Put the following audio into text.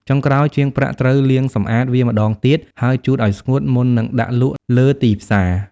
ចុងក្រោយ ជាងប្រាក់ត្រូវ លាងសម្អាត វាម្ដងទៀត ហើយជូតឱ្យស្ងួតមុននឹងដាក់លក់លើទីផ្សារ។